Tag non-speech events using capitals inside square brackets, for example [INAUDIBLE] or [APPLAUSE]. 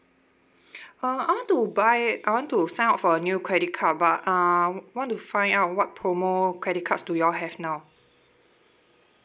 [BREATH] uh I want to buy I want to sign up for a new credit card but uh want to find out what promo credit cards do you all have now